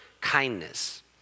kindness